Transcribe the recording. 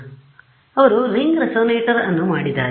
ಆದ್ದರಿಂದ ಅವರು ring resonator ಅನ್ನು ಮಾಡಿದ್ದಾರೆ